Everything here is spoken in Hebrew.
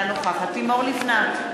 אינה נוכחת לימור לבנת,